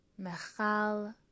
mechal